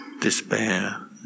despair